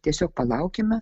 tiesiog palaukime